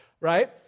right